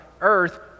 earth